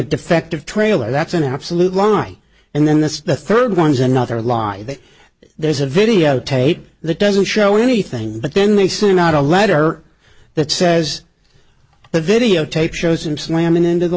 defective trailer that's an absolute lie and then this the third one is another lie that there's a videotape the doesn't show anything but then they send out a letter that says the videotape shows him slamming into the